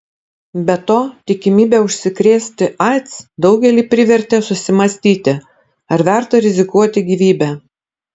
be to tikimybė užsikrėsti aids daugelį privertė susimąstyti ar verta rizikuoti gyvybe